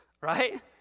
right